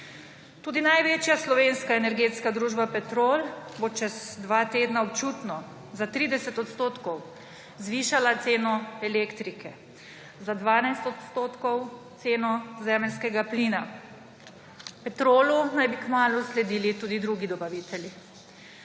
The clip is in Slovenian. Tudi največja slovenska energetska družba Petrol bo čez dva tedna občutno, za 30 %, zvišala ceno elektrike, za 12 % ceno zemeljskega plina. Petrolu naj bi kmalu sledili tudi drugi dobavitelji.